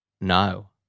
No